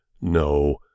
No